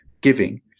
giving